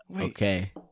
okay